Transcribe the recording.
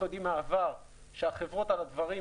אנחנו יודעים מהעבר שהחברות חששו בגלל הדברים